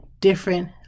different